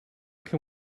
can